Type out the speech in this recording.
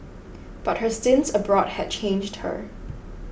but her stints abroad had changed her